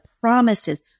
promises